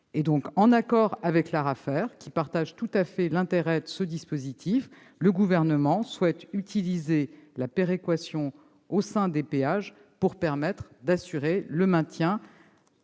en accord avec l'ARAFER, qui souscrit tout à fait à l'intérêt de ce dispositif, le Gouvernement souhaite utiliser la péréquation au sein des péages afin d'assurer le maintien